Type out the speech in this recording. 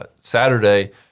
Saturday